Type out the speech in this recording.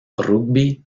rugby